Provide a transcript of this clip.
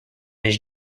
his